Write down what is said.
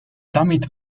damit